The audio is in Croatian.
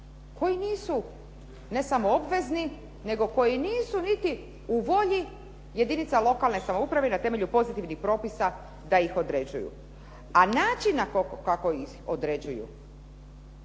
koji nisu ne samo obvezni, nego koji nisu niti u volji jedinica lokalne samouprave i na temelju pozitivnih propisa da ih određuju. A način kako ih određuju